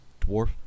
dwarf